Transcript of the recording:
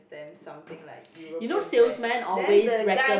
them something like European brand then the guy